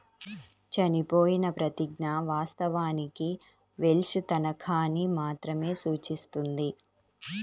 చనిపోయిన ప్రతిజ్ఞ, వాస్తవానికి వెల్ష్ తనఖాని మాత్రమే సూచిస్తుంది